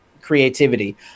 creativity